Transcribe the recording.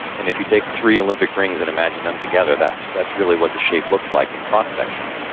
and if you take three olympic rings and imagine them together, that's that's really what the shape looks like in cross-section.